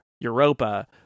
Europa